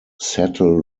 settle